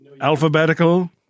Alphabetical